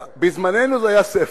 בזמננו זה היה ספר.